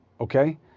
okay